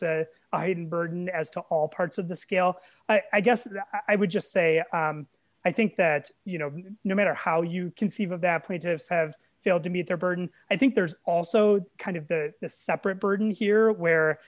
hidden burden as to all parts of the scale i guess i would just say i think that you know no matter how you conceive of that point of have failed to meet their burden i think there's also kind of the separate burden here where